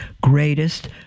greatest